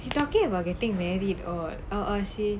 she talking about getting married or oh oh she